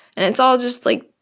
and it's all just, like,